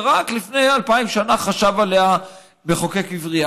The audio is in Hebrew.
ורק לפני אלפיים שנה חשב עליה מחוקק עברי.